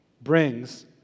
brings